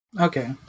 Okay